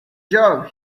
job